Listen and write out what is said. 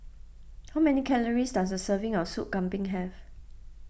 how many calories does a serving of Soup Kambing have